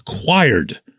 acquired